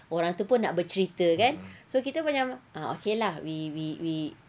orang tu pun nak bercerita kan so kita macam ah okay lah we we we